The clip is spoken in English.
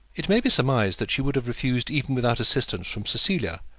it may be surmised that she would have refused even without assistance from cecilia,